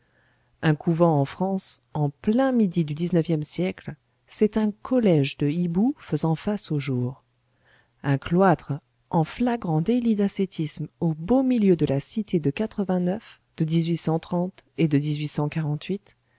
un couvent en france en plein midi du dix-neuvième siècle c'est un collège de hiboux faisant face au jour un cloître en flagrant délit d'ascétisme au beau milieu de la cité de de et de